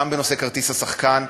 גם בנושא כרטיס השחקן,